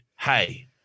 hey